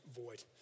void